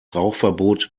rauchverbot